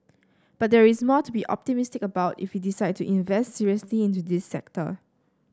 but there is more to be optimistic about if we decide to invest seriously into this sector